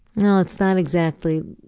no, it's not exactly.